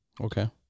Okay